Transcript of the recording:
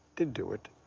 did do it.